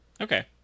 Okay